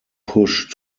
push